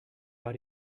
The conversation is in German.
bei